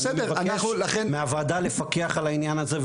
ואני מבקש מהוועדה לפקח על העניין הזה,